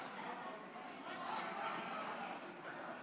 ההצבעה היא הצבעה דיגיטלית.